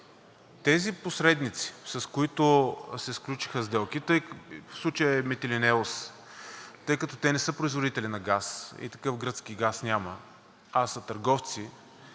тези посредници, с които се сключиха сделки, в случая е „Митилинеос“, тъй като те не са производители на газ и такъв гръцки газ няма, а са търговци,